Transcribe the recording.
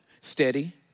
Steady